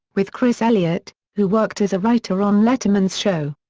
with chris elliott, who worked as a writer on letterman's show.